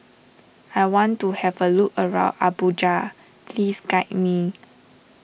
I want to have a look around Abuja please guide me